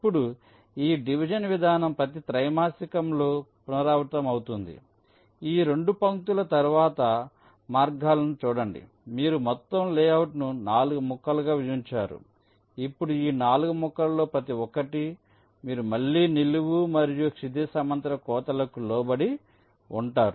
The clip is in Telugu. ఇప్పుడు ఈ డివిజన్ విధానం ప్రతి త్రైమాసికంలో పునరావృతమవుతుంది ఈ 2 పంక్తుల తరువాత మార్గాలను చూడండి మీరు మొత్తం లేఅవుట్ను 4 ముక్కలుగా విభజించారు ఇప్పుడు ఈ 4 ముక్కలలో ప్రతి ఒక్కటి మీరు మళ్ళీ నిలువు మరియు క్షితిజ సమాంతర కోతలకు లోబడి ఉంటారు